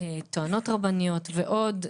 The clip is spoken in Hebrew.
טוענות רבניות ועוד.